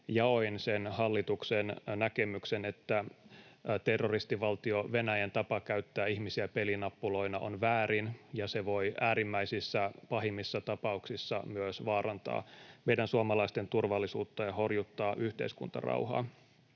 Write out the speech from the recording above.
Jaoin sen hallituksen näkemyksen, että terroristivaltio Venäjän tapa käyttää ihmisiä pelinappuloina on väärin ja se voi äärimmäisissä, pahimmissa tapauksissa vaarantaa myös meidän suomalaisten turvallisuutta ja horjuttaa yhteiskuntarauhaa,